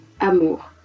amour